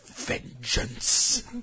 Vengeance